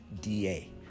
da